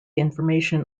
information